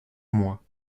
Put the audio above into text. moi